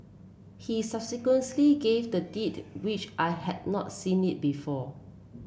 he gave the deed which I had not seen it before